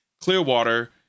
Clearwater